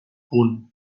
punt